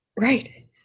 right